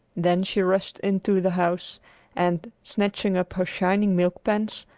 then she rushed into the house and, snatching up her shining milk-pans,